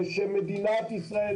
ושמדינת ישראל,